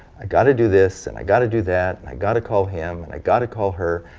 i gotta do this, and i gotta do that, and i gotta call him, and i gotta call her,